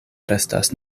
restas